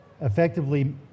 effectively